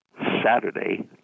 Saturday